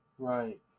Right